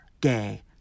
gay